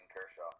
Kershaw